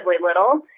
little